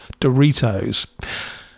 Doritos